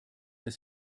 dass